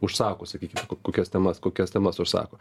užsako sakykim kokias temas kokias temas užsako